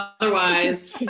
otherwise